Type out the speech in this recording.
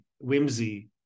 whimsy